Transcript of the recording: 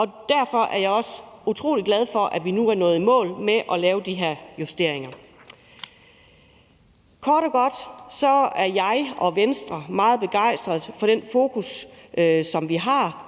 og derfor er jeg også utrolig glad for, at vi nu er nået i mål med at lave de her justeringer. Kort og godt er jeg og Venstre meget begejstrede for det fokus, som vi har